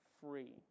free